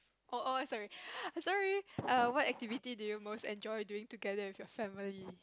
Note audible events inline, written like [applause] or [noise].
oh oh sorry [breath] sorry err what activity do you most enjoy doing together with your family